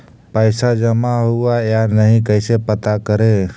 पैसा जमा हुआ या नही कैसे पता करे?